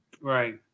Right